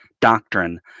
doctrine